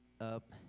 up